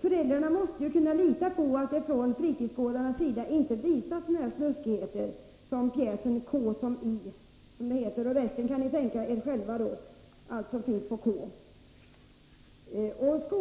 Föräldrarna måste kunna lita på att fritidsgårdarna inte visar sådana snuskigheter som förekommer i pjäsen ”K som i” — vad som skall börja på K kan alla föreställa sig.